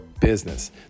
business